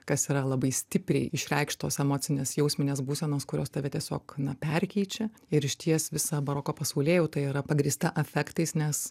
kas yra labai stipriai išreikštos emocinės jausminės būsenos kurios tave tiesiog perkeičia ir išties visa baroko pasaulėjauta yra pagrįsta afektais nes